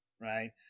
right